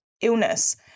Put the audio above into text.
illness